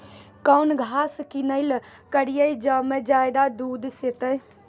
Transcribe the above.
कौन घास किनैल करिए ज मे ज्यादा दूध सेते?